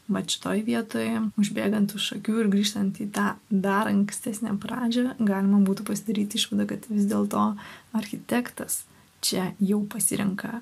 mat šitoj vietoje užbėgant už akių ir grįžtant į tą dar ankstesnę pradžią galima būtų pasidaryt išvadą kad vis dėlto architektas čia jau pasirenka